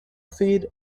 feed